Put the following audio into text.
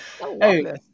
Hey